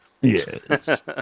Yes